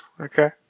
Okay